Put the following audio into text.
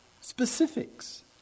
specifics